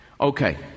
okay